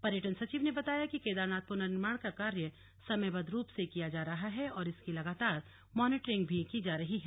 पर्यटन सचिव ने बताया कि केदारनाथ पुनर्निर्माण का कार्य समयबद्व रूप से किया जा रहा है और इसकी लगातार मॉनिटरिंग भी की जा रही है